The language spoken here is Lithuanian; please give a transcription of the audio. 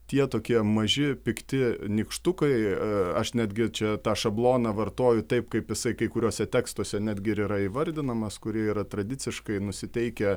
tie tokie maži pikti nykštukai aš netgi čia tą šabloną vartoju taip kaip jisai kai kuriuose tekstuose netgi ir yra įvardinamas kurie yra tradiciškai nusiteikę